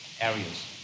areas